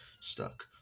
stuck